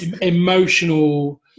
Emotional